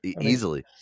easily